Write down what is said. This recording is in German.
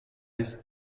ist